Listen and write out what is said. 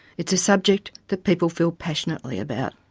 it's a subject that people feel passionately about.